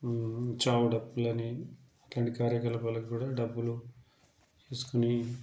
చావు డప్పులని అలాంటి కార్యకలాపాలకు కూడా డప్పులు తీసుకొని